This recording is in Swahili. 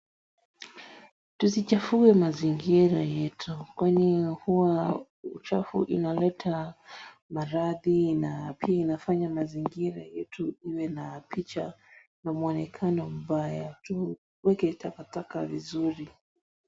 Tusichafue mazingira yetu, kwani hua uchafu inaleta maradhi na pia inafanya mazingira yetu iwe na picha na mwonekano mbaya. Tuweke takataka vizuri.